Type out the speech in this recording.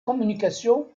communication